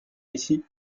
ici